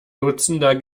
dutzender